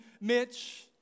Mitch